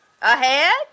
Ahead